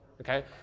Okay